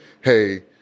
Hey